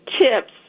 tips